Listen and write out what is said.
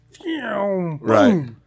Right